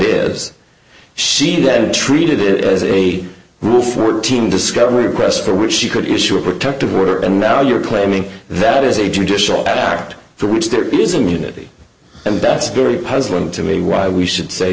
is she then treated it as a rule fourteen discovery request for which she could issue a protective order and now you're claiming that it is a judicial act for which there isn't unity and best very puzzling to me why we should say